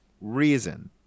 reason